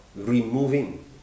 removing